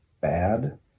bad